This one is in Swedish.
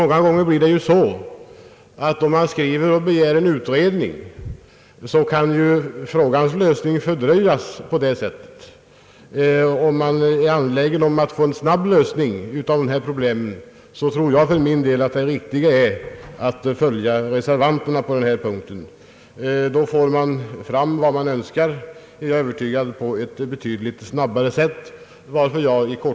Många gånger blir det nämligen så att om man skriver och begär utredning, kan frågans lösning fördröjas. Om man är angelägen om att få en snabb lösning av dessa problem, tror jag för min del att det riktiga är att följa reservanterna på denna punkt. Jag är övertygad om att man då på ett betydligt snabbare sätt får fram vad man önskar.